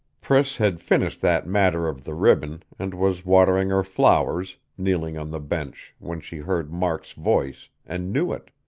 priss had finished that matter of the ribbon, and was watering her flowers, kneeling on the bench, when she heard mark's voice, and knew it.